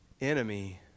enemy